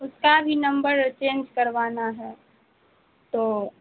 اس کا بھی نمبر چینج کروانا ہے تو